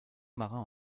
marin